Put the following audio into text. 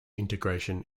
integration